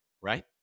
right